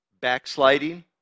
backsliding